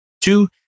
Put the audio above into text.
Two